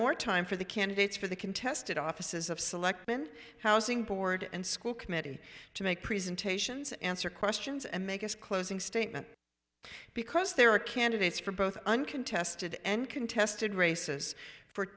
more time for the candidates for the contested offices of selectmen housing board and school committee to make presentations answer questions and make his closing statement because there are candidates for both uncontested and contested races for